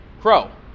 crow